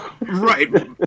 Right